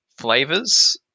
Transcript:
flavors